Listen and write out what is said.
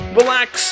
relax